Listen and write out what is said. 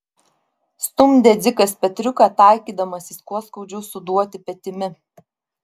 stumdė dzikas petriuką taikydamasis kuo skaudžiau suduoti petimi